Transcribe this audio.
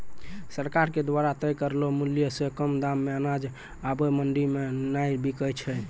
सरकार के द्वारा तय करलो मुल्य सॅ कम दाम मॅ अनाज आबॅ मंडी मॅ नाय बिकै छै